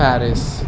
Paris